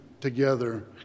together